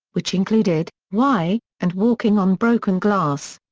which included why and walking on broken glass.